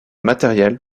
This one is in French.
matériels